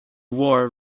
war